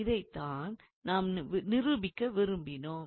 இதைத்தான் நாம் நிரூபிக்க விரும்பினோம்